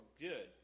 good